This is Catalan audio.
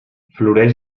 floreix